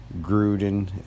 gruden